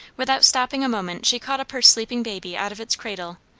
without stopping a moment she caught up her sleeping baby out of its cradle,